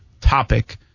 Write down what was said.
topic